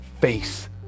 face